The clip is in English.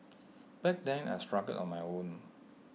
back then I struggled on my own